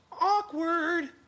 awkward